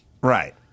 Right